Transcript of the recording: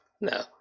No